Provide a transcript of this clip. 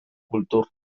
kultur